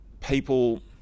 people